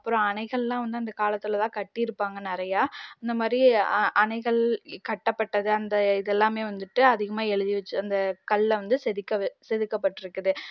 அப்புறம் அணைகள்லாம் வந்து அந்த காலத்தில் தான் கட்டியிருப்பாங்க நிறையா அந்த மாதிரி அணைகள் கட்டப்பட்டது அந்த இதெல்லாமே வந்துட்டு அதிகமாக எழுதிவச்சு அந்த கல்லை வந்து செதுக்க செதுக்கப்பட்டிருக்குது